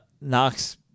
Knocks